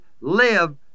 live